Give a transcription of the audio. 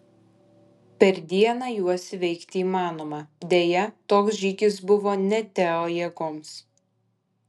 per dieną juos įveikti įmanoma deja toks žygis buvo ne teo jėgoms